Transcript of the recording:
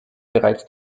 bereits